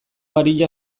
aria